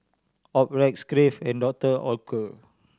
Optrex Crave and Doctor Oetker